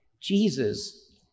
Jesus